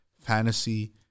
fantasy